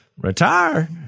retire